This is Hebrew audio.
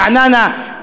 ברעננה,